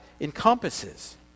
encompasses